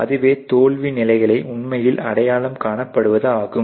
அதுவே தோல்வி நிலைகளை உண்மையில் அடையாளம் காணப்படுவதாகும்